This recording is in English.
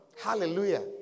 Hallelujah